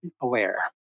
aware